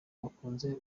nakunze